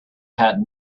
had